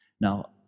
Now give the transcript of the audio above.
Now